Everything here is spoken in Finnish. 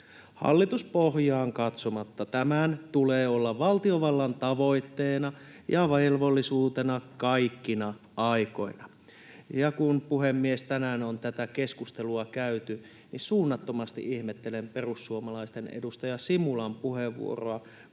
Hallituspohjaan katsomatta tämän tulee olla valtiovallan tavoitteena ja velvollisuutena kaikkina aikoina. Ja kun, puhemies, tänään on tätä keskustelua käyty, niin suunnattomasti ihmettelen perussuomalaisten edustajan Simulan puheenvuoroa,